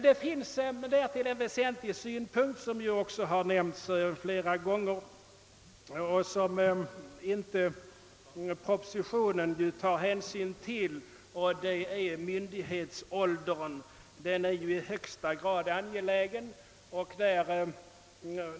Det finns en väsentlig komponent som redan nämnts många gånger och som propositionen inte omfattar, nämligen myndighetsåldern. Det är i högsta grad angeläget att ta hänsyn till den.